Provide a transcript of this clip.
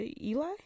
Eli